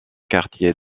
quartier